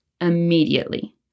immediately